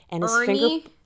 Ernie